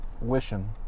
wishing